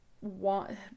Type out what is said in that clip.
Want